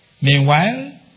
Meanwhile